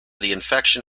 infection